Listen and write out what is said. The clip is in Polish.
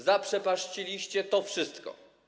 Zaprzepaściliście to wszystko.